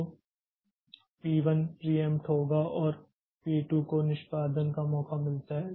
तो P 1 preempted होगा और पी 2 को निष्पादन का मौका मिलता है